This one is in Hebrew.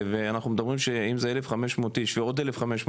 ואנחנו מדברים שאם זה 1,500 איש ועוד 1,500